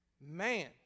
man